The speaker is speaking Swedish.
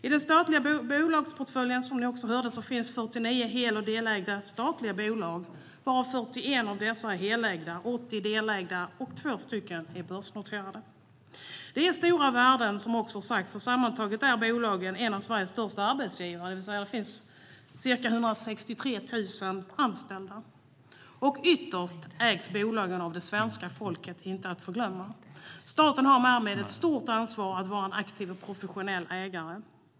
I den statliga bolagsportföljen finns, som vi hörde tidigare, 49 hel och delägda statliga bolag. 41 av dessa är helägda, åtta är delägda. Två bolag är börsnoterade. Det är fråga om stora värden, och sammantaget hör bolagen till Sveriges största arbetsgivare. Totalt handlar det om ca 163 000 anställda. Ytterst ägs bolagen, inte att förglömma, av svenska folket. Staten har därmed ett stort ansvar att vara en aktiv och professionell ägare.